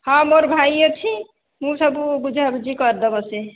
ହଁ ମୋର ଭାଇ ଅଛି ମୁଁ ସବୁ ବୁଝା ବୁଝି କରିଦେବ ସେ